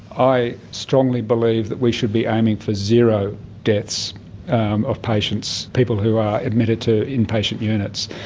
i strongly believe that we should be aiming for zero deaths of patients, people who are admitted to inpatient units.